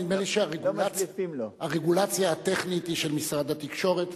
נדמה לי שהרגולציה הטכנית היא של משרד התקשורת,